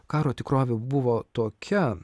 karo tikrovė buvo tokia